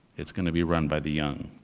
it's gonna be run by the young.